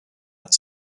hat